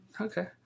Okay